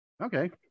Okay